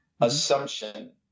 Assumption